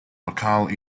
locale